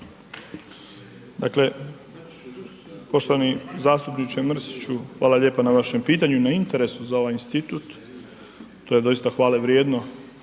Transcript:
Dakle, poštovani zastupniče Mrsiću, hvala lijepo na vašem pitanju i na interesu sa ovaj institut. To je doista hvale vrijedno